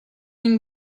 ligne